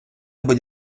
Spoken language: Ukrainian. будь